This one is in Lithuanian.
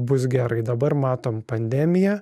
bus gerai dabar matom pandemiją